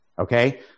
Okay